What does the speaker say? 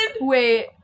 Wait